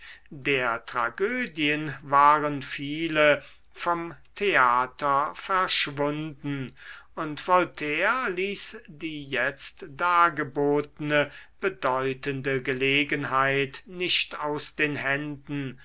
der tragödien waren viele vom theater verschwunden und voltaire ließ die jetzt dargebotene bedeutende gelegenheit nicht aus den händen